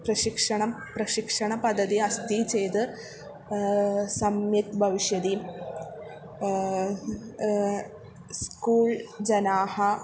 प्रशिक्षणं प्रशिक्षणपद्धतिः अस्ति चेद् सम्यक् भविष्यति स्कूळ् जनाः